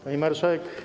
Pani Marszałek!